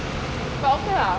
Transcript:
but okay lah